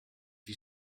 you